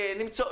דיווח.